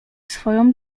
swoją